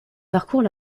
parcourt